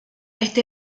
este